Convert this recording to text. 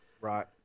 Right